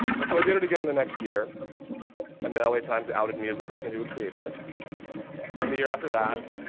and so i did it again the next year and the la times had outed me as the person who had created it and the year after that,